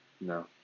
No